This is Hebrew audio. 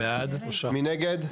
מי נגד?